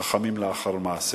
שחכמים לאחר מעשה.